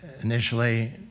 initially